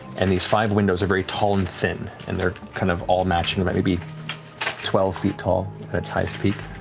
and these five windows are very tall and thin, and they're kind of all matching, about maybe twelve feet tall, at its highest peak.